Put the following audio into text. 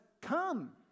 come